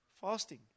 fasting